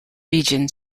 region